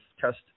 test